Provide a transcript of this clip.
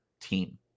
team